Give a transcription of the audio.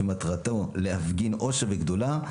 שמטרתו להפגין עושר וגדולה.